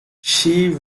she